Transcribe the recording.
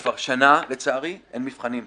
כבר שנה אין נבחנים לצערי,